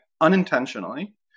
unintentionally